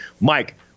Mike